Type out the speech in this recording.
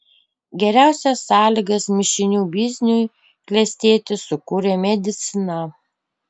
geriausias sąlygas mišinių bizniui klestėti sukūrė medicina